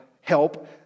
help